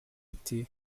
biti